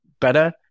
better